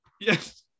Yes